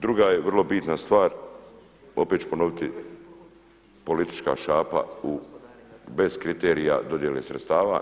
Druga je vrlo bitna stvar, opet ću ponoviti politička šapa bez kriterija dodjele sredstava.